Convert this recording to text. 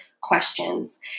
questions